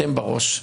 אתם בראש.